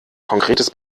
konkretes